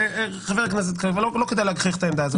חבר הכנסת קריב, לא כדאי להגחיך את העמדה הזאת.